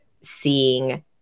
seeing